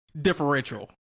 differential